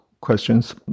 questions